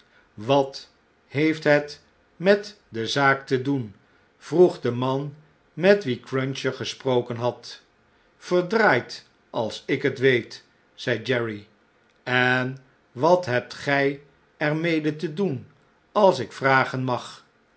wat heeft het met de zaak te doen vroeg de man met wien cruncher gesproken had verdraaid als ik het weet zei jerry en wat hebt gjj er mede te doen als ik vragen mag